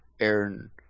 Aaron